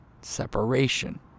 Separation